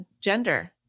Gender